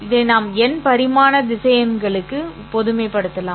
இதை நாம் n பரிமாண திசையன்களுக்கு பொதுமைப்படுத்தலாம்